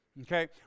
Okay